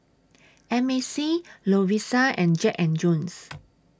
M A C Lovisa and Jack and Jones